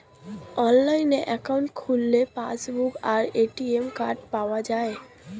Online account খুললে passbook আর ATM card কি পাওয়া যায়?